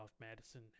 Madison